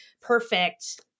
perfect